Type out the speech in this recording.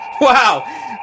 Wow